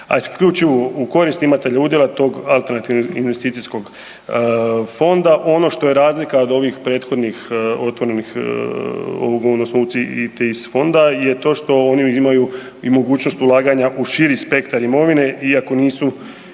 a isključivo korist ima .../nerazumljivo/... tog alternativnog investicijskog fonda ono što razlika od ovih prethodnih otvorenih, ovog UCITS fonda je to što oni imaju i mogućnost ulaganja u širi spektar imovine iako nisu